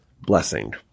blessing